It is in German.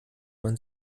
man